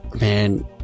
Man